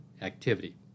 activity